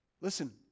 Listen